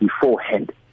beforehand